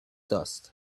dust